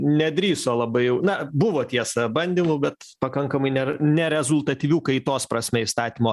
nedrįso labai jau na buvo tiesa bandymų bet pakankamai ne nerezultatyvių kaitos prasme įstatymo